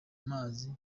mazi